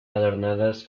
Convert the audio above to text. adornadas